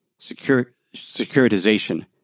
securitization